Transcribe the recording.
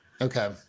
Okay